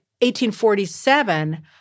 1847